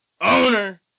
owner